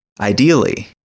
Ideally